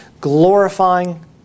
glorifying